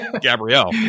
gabrielle